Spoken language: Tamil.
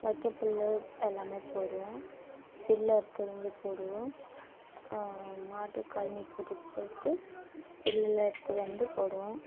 வைக்கப்புல் எல்லாமே போடுவோம் புல்லு அறுத்துகின்னு வந்து போடுவோம் மாட்டுக்கு கழனி கூட்டிகிட்டு போய்ட்டு புல்லுலாம் எடுத்து வந்து போடுவோம்